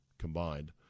combined